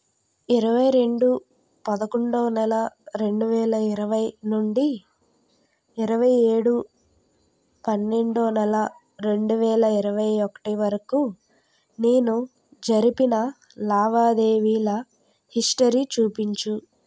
ఇరవైరెండు పదకొండో నెల రెండువేల ఇరవై నుండి ఇరవైఏడు పన్నెండో నెల రెండువేల ఇరవై ఒకటి వరకు నేను జరిపిన లావాదేవీల హిస్టరీ చూపించు